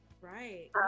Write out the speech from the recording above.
Right